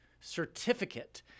certificate